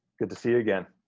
good to see you again,